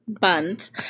bunt